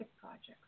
projects